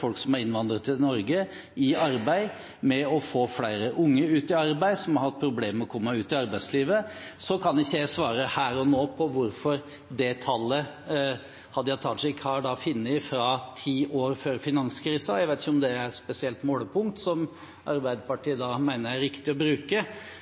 folk som er innvandrere til Norge, i arbeid, og med å få flere unge som har hatt problemer med å komme ut i arbeidslivet, i arbeid. Så kan ikke jeg svare her og nå når det gjelder det tallet Hadia Tajik har funnet, fra ti år før finanskrisen – jeg vet ikke om det er et spesielt målepunkt som Arbeiderpartiet mener det er riktig å bruke.